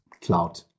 Cloud